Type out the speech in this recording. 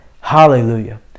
Hallelujah